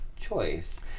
choice